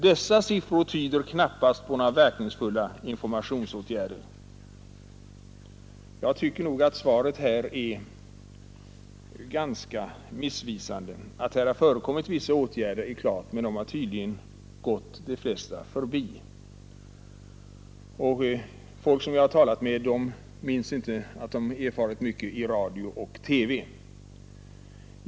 Dessa siffror tyder knappast på några verkningsfulla informationsåtgärder. Jag tycker nog att svaret är ganska missvisande. Att här har förekommit vissa åtgärder är klart, men informationen har tydligen gått de flesta förbi. Flera som jag frågat har inget minne av någon information i exempelvis radio och TV.